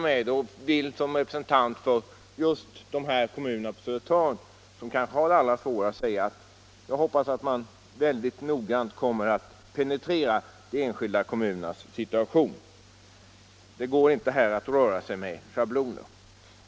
Men som representant för just de här kommunerna på Södertörn, som kanske har det allra svårast, vill jag säga att jag hoppas att man mycket noggrant kommer att penetrera de enskilda kommunernas situation. Det går inte här att röra sig med schabloner.